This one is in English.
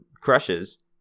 crushes